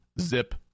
zip